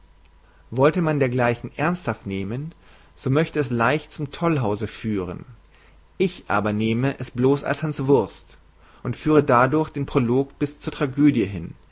wollte man dergleichen ernsthaft nehmen so mögte es leicht zum tollhause führen ich aber nehme es blos als hanswurst und führe dadurch den prolog bis zur tragödie hin